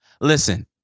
Listen